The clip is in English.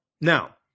Now